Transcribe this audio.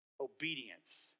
obedience